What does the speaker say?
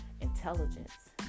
intelligence